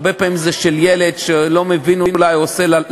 הרבה פעמים זה של ילד, שלא מבין, חומד לצון,